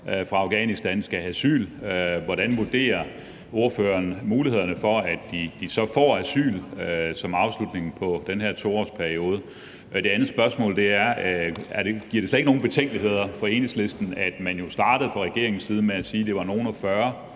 fra Afghanistan, skal have asyl. Hvordan vurderer ordføreren mulighederne for, at de så får asyl ved afslutningen af den her 2-årsperiode? Det andet spørgsmål er: Giver det slet ikke nogen betænkeligheder for Enhedslisten, at man jo fra regeringens side startede med at sige, at det var nogle og